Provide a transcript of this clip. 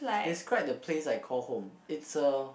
describe the place like called home is a